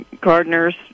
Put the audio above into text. gardeners